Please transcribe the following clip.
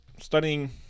studying